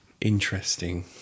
Interesting